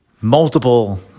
multiple